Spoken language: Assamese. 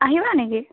আহিবা নেকি